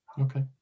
Okay